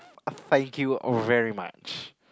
thank you very much